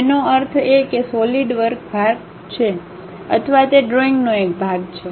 તેનો અર્થ એ કે સોલિડવર્ક ભાગ છે અથવા તે ડ્રોઇંગનો એક ભાગ છે